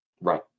Right